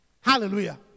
Hallelujah